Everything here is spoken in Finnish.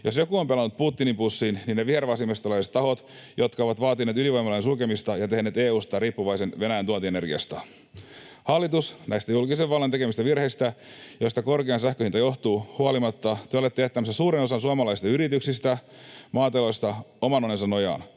Jos joku on pelannut Putinin pussiin, niin ne vihervasemmistolaiset tahot, jotka ovat vaatineet ydinvoimaloiden sulkemista ja tehneet EU:sta riippuvaisen Venäjän tuontienergiasta. Hallitus, huolimatta näistä julkisen vallan tekemistä virheistä, joista korkea sähkön hinta johtuu, te olette jättämässä suuren osan suomalaisista yrityksistä ja maatiloista oman onnensa nojaan